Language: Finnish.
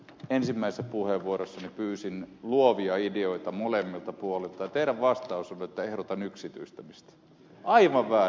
ensimmäisessä puheenvuorossani pyysin luovia ideoita molemmilta puolilta ja teidän vastauksenne on että ehdotan yksityistämistä aivan väärä